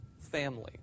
family